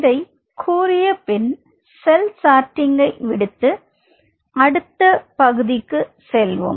இதைக் கூறிய பின்பு செல் சார்ட்டிங் ஐ விட்டு அடுத்து பகுதிக்குச் செல்வோம்